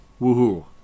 Woohoo